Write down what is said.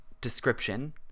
description